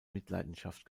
mitleidenschaft